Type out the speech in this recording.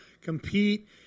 compete